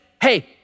hey